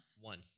One